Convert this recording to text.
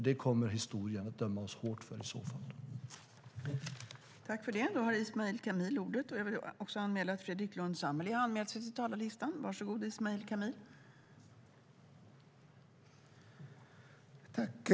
Det kommer historien i så fall att döma oss hårt för.